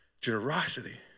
generosity